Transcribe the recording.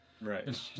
Right